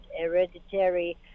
hereditary